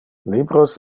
libros